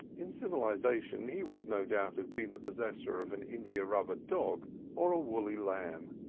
in civilisation he would no doubt have been the possessor of an india-rubber dog or a woolly lamb,